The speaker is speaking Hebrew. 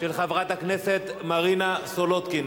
של חברת הכנסת מרינה סולודקין.